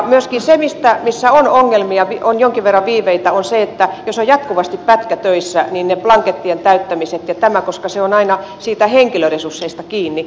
se missä on ongelmia jonkin verran viiveitä on se jos on jatkuvasti pätkätöissä ja on ne blankettien täyttämiset ja nämä koska se on aina niistä henkilöstöresursseista kiinni